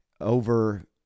Over